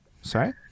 Sorry